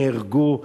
13 חיילים נהרגו.